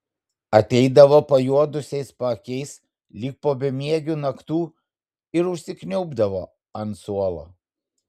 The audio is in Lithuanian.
ateidavo pajuodusiais paakiais lyg po bemiegių naktų ir užsikniaubdavo ant suolo